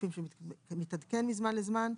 כפי שהוא מתעדכן מזמן לזמן,